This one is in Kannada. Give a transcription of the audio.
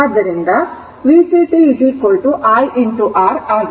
ಆದ್ದರಿಂದ vc t I R ಆಗಿದೆ